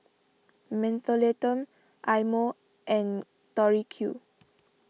Mentholatum Eye Mo and Tori Q